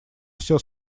все